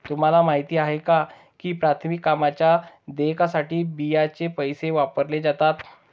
तुम्हाला माहिती आहे का की प्राथमिक कामांच्या देयकासाठी बियांचे पैसे वापरले जातात?